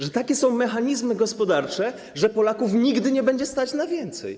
Że takie są mechanizmy gospodarcze, że Polaków nigdy nie będzie stać na więcej.